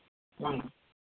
ᱦᱮᱸ